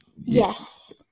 Yes